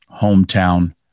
hometown